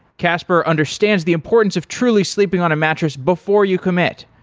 casper understands the importance of truly sleeping on a mattress before you commit,